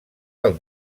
del